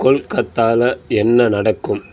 கொல்கத்தாவில் என்ன நடக்கும்